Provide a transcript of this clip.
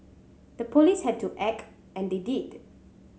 the police had to act and they did